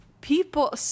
People